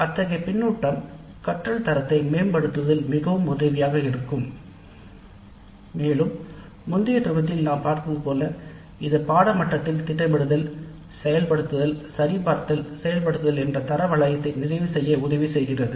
அத்தகைய கருத்து கற்றல் தரத்தை மேம்படுத்துவதில் மிகவும் உதவியாக இருக்கும் மேலும் இது பாடநெறி மட்டத்தில் திட்டமிடுதல் செயல் சரிபார்த்தல் செயல்படுதல் என்ற தர வளையத்தை நிறைவு செய்ய உதவி செய்கிறது